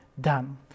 done